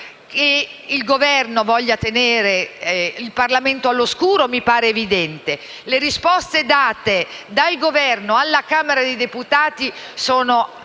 il Parlamento all'oscuro mi pare evidente: le risposte date dal Governo alla Camera dei deputati sono